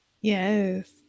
Yes